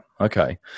Okay